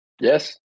Yes